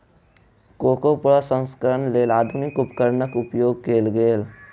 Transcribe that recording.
cocoa प्रसंस्करणक लेल आधुनिक उपकरणक उपयोग कयल गेल